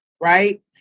right